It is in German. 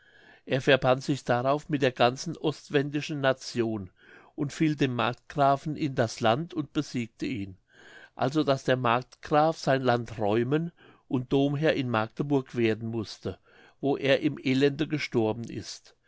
er verband sich darauf mit der ganzen ostwendischen nation und fiel dem markgrafen in das land und besiegte ihn also daß der markgraf sein land räumen und domherr in magdeburg werden mußte wo er im elende gestorben ist